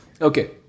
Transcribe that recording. Okay